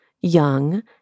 young